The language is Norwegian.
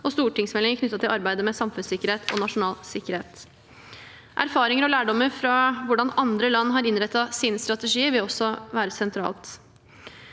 og stortingsmeldinger knyttet til arbeidet med samfunnssikkerhet og nasjonal sikkerhet. Erfaringer og lærdommer fra hvordan andre land har innrettet sine strategier, vil også være sentralt.